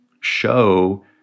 show